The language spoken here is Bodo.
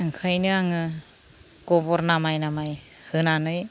ओंखायनो आङो गोबोर नामाय नामाय होनानै